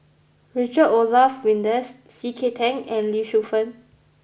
Richard Olaf Winstedt C K Tang and Lee Shu Fen